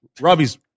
Robbie's